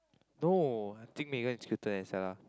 no I think Megan is cuter than Stella